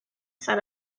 set